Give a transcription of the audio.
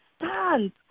stand